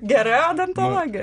gera odontologė